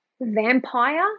vampire